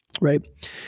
Right